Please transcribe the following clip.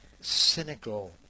cynical